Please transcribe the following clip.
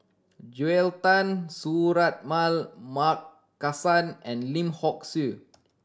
Joel Tan Suratman Markasan and Lim Hock Siew